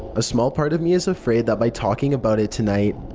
a small part of me is afraid that by talking about it tonight,